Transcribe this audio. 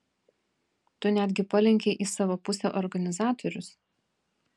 tu netgi palenkei į savo pusę organizatorius